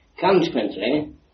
Consequently